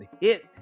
hit